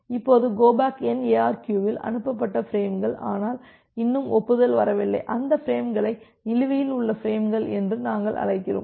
இப்போதுகோ back N ARQ ல் அனுப்பப்பட்ட பிரேம்கள் ஆனால் இன்னும் ஒப்புதல் வரவில்லை அந்த பிரேம்களை நிலுவையில் உள்ள பிரேம்கள் என்று நாங்கள் அழைக்கிறோம்